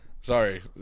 Sorry